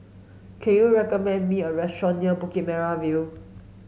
can you recommend me a restaurant near Bukit Merah View